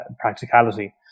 practicality